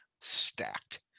stacked